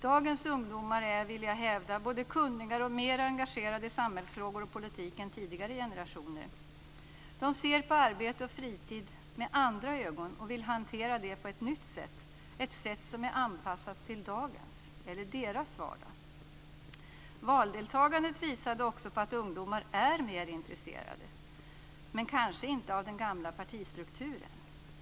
Dagens ungdomar är, vill jag hävda, både kunnigare och mer engagerade i samhällsfrågor och politik än tidigare generationer. De ser på arbete och fritid med andra ögon och vill hantera det på ett nytt sätt, ett sätt som är anpassat till deras vardag. Valdeltagandet visade också på att ungdomar är mer intresserade, men kanske inte av den gamla partistrukturen.